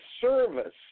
service